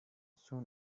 soon